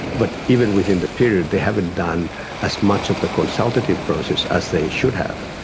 but even within that period they haven't done as much of the consultative process as they should have,